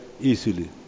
easily